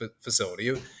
facility